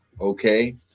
okay